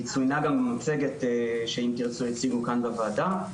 היא צוינה גם במצגת ש"אם תרצו" הציגו כאן בוועדה.